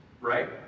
right